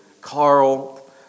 Carl